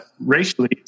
racially